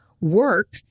work